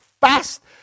fast